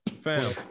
fam